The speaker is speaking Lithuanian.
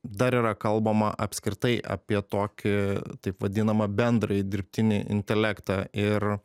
dar yra kalbama apskritai apie tokį taip vadinamą bendrąjį dirbtinį intelektą ir